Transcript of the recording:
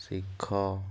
ଶିଖ